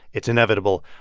it's inevitable.